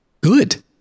Good